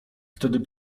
wtedy